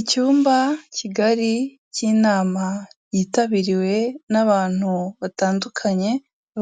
Icyumba kigari cy'inama yitabiriwe n'abantu batandukanye